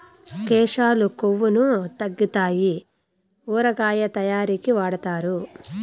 కేశాలు కొవ్వును తగ్గితాయి ఊరగాయ తయారీకి వాడుతారు